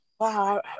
Wow